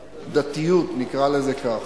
דתיות, נקרא לזה כך.